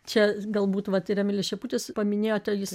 čia galbūt vat ir emilis šeputis paminėjote jis